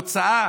התוצאה